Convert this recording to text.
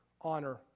honor